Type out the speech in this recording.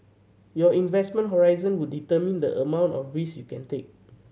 your investment horizon would determine the amount of risk you can take